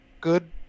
good